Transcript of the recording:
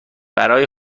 برای